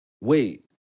Wait